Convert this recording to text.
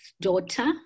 daughter